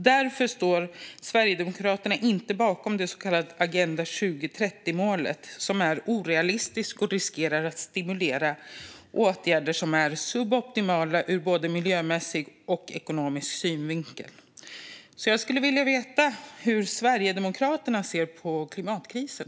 - Därför står Sverigedemokraterna inte bakom det så kallade 2030-målet, som är orealistiskt och riskerar att stimulera till åtgärder som är suboptimala ur både miljömässig och ekonomisk synvinkel." Jag skulle helt enkelt vilja veta hur Sverigedemokraterna ser på klimatkrisen.